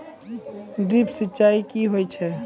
Drip सिंचाई कि होय छै?